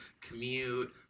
commute